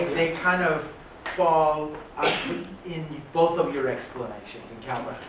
they kind of fall in both of your explanations in